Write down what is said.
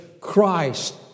Christ